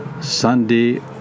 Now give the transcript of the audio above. Sunday